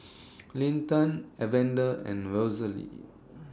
Linton Evander and Rosalie